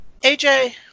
AJ